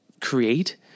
create